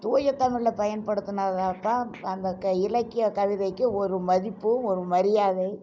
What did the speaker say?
தூய தமிழில் பயன்படுத்துனதாக தான் அந்த க இலக்கிய கவிதைகே ஒரு மதிப்பு ஒரு மரியாதை